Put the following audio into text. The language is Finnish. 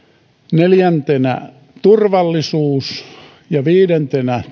neljäntenä turvallisuus ja viidentenä